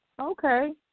Okay